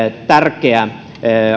tärkeä